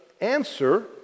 answer